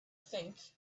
think